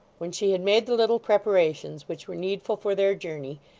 when she had made the little preparations which were needful for their journey,